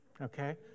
Okay